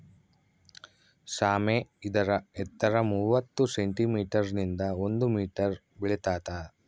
ಸಾಮೆ ಇದರ ಎತ್ತರ ಮೂವತ್ತು ಸೆಂಟಿಮೀಟರ್ ನಿಂದ ಒಂದು ಮೀಟರ್ ಬೆಳಿತಾತ